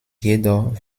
jedoch